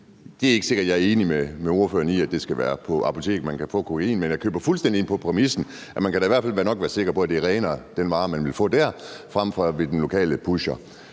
Det er ikke sikkert, jeg er enig med ordføreren i, at det skal være på apoteket, man kan få kokain, men jeg køber fuldstændig ind på præmissen, at man da i hvert fald nok kan være sikker på, at den vare, man vil få der, er renere end